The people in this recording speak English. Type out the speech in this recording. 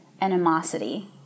animosity